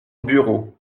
bureau